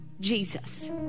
Jesus